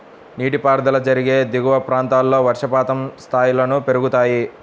నీటిపారుదల జరిగే దిగువ ప్రాంతాల్లో వర్షపాతం స్థాయిలను పెరుగుతాయి